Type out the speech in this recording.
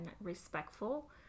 respectful